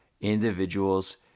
individuals